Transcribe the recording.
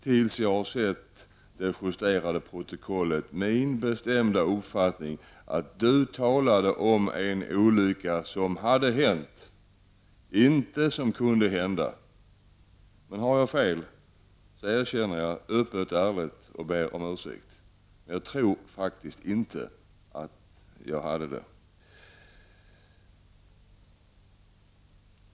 Tills jag har sett det justerade protokollet är det fortfarande min bestämda uppfattning att du talade om en olycka som hade hänt — inte någon som kunde hända. Har jag fel erkänner jag det öppet och ärligt och ber om ursäkt, men jag tror faktiskt inte att jag hade fel.